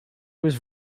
was